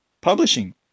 publishing